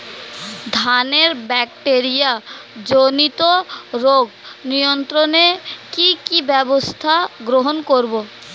ধানের ব্যাকটেরিয়া জনিত রোগ নিয়ন্ত্রণে কি কি ব্যবস্থা গ্রহণ করব?